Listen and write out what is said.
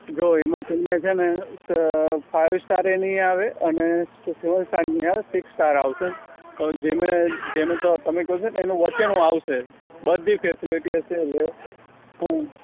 જો એમાં તમને છે અ ફાઇવ સ્ટાર આએ નહીં આવે અને સેવન સ્ટાર નહીં આવે સિક્સ સ્ટાર આવશે તમે જેનું કહો છો ને એનું વચ્ચેનું આવશે બધી ફેસીલીટી હશે હમ